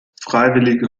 freiwillige